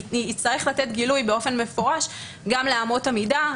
יצטרך לתת גילוי באופן מפורש גם לאמות המידה,